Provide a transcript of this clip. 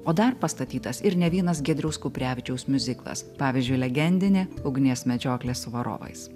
o dar pastatytas ir ne vienas giedriaus kuprevičiaus miuziklas pavyzdžiui legendinė ugnies medžioklė su varovais